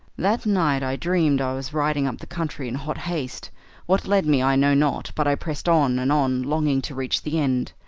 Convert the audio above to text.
that night i dreamed i was riding up the country in hot haste what led me i know not, but i pressed on and on, longing to reach the end.